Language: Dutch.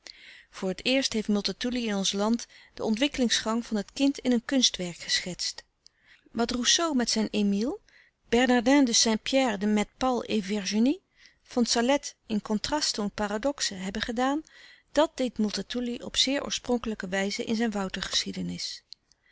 voor het eerst heeft multatuli in ons land den ontwikkelingsgang van het kind in een kunstwerk geschetst wat rousseau met zijn emile bernardin de st pierre met paul et virginie von sallet in contraste und paradoxe hebben gedaan dat deed multatuli op zeer oorspronkelijke wijze in zijn